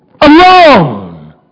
alone